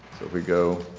we go